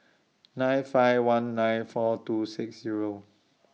nine five one nine four two six Zero